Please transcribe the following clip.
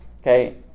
Okay